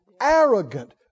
Arrogant